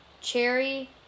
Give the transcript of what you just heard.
Cherry